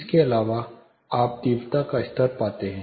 इसके अलावा आप तीव्रता का स्तर पाते हैं